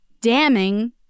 damning